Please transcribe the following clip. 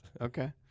okay